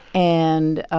and.